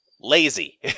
lazy